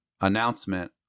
announcement